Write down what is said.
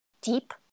deep